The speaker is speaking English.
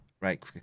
right